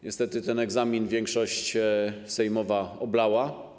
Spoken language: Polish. Niestety ten egzamin większość sejmowa oblała.